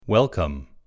Welcome